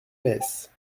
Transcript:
metz